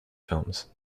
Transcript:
films